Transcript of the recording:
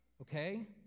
okay